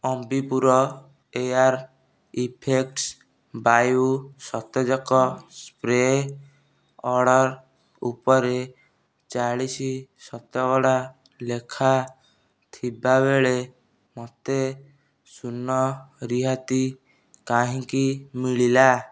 Ambi Pur air effects ବାୟୁ ସତେଜକ spray order ଉପରେ ଚାଳିଶି ଶତକଡ଼ା ଲେଖା ଥିବାବେଳେ ମୋତେ ଶୂନ ରିହାତି କାହିଁକି ମିଳିଲା